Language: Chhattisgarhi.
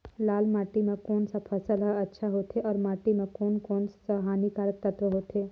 लाल माटी मां कोन सा फसल ह अच्छा होथे अउर माटी म कोन कोन स हानिकारक तत्व होथे?